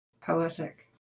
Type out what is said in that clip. Poetic